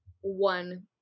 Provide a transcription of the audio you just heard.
one